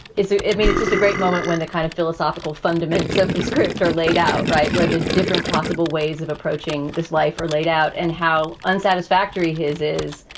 is it? i mean, it's just a great moment when the kind of philosophical fundaments of the script are laid out. right. where the different possible ways of approaching this life are laid out and how unsatisfactory his is,